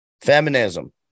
Feminism